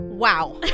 Wow